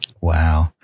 Wow